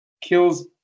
kills